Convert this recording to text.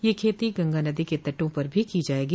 यह खेती गंगा नदी के तटों पर भी की जायेगी